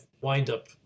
wind-up